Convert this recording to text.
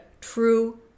true